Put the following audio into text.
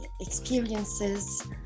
experiences